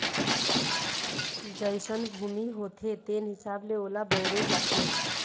जइसन भूमि होथे तेन हिसाब ले ओला बउरे जाथे